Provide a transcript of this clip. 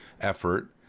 effort